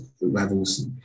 levels